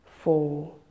four